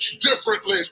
differently